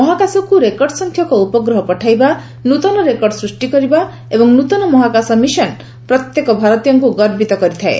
ମହାକାଶକ୍ତ record ସଂଖ୍ୟକ ଉପଗ୍ରହ ପଠାଇବା ନ୍ନତନ ରେକର୍ଡ଼ ସୃଷ୍ଟି କରିବା ଏବଂ ନୃତନ ମହାକାଶ ମିଶନ ପ୍ରତ୍ୟେକ ଭାରତୀୟଙ୍କ ଗର୍ବିତ କରିଯାଏ